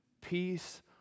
Peace